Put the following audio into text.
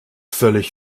völlig